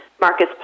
Marcus